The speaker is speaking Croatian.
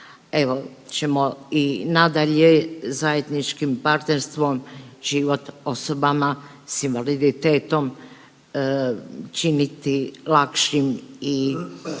evo ćemo i nadalje zajedničkim partnerstvom život osobama s invaliditetom činiti lakšim i